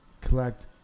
collect